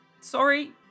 Sorry